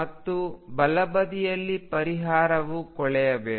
ಮತ್ತು ಬಲಬದಿಯಲ್ಲಿ ಪರಿಹಾರವು ಕೊಳೆಯಬೇಕು